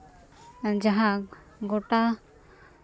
ᱡᱟᱦᱟᱸ ᱜᱚᱴᱟ